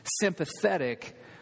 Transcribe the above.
sympathetic